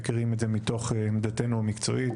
מכירים את זה מתוך עמדתנו המקצועית,